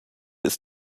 ist